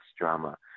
drama